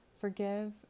Forgive